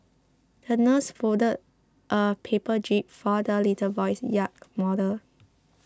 the nurse folded a paper jib for the little boy's yacht model